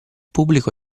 pubblico